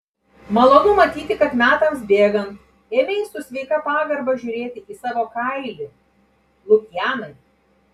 malonu matyti kad metams bėgant ėmei su sveika pagarba žiūrėti į savo kailį lukianai